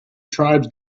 tribes